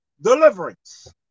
deliverance